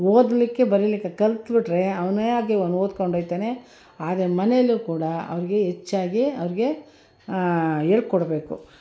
ಓದಲಿಕ್ಕೆ ಬರಿಲಿಕ್ಕೆ ಕಲಿತ್ಬಿಟ್ರೆ ಅವನೇ ಆಗಿ ಅವ್ನು ಓದ್ಕೊಂಡು ಹೋಗ್ತಾನೆ ಆಗ ಮನೇಲೂ ಕೂಡ ಅವ್ರಿಗೆ ಹೆಚ್ಚಾಗಿ ಅವ್ರಿಗೆ ಹೇಳಿ ಕೊಡಬೇಕು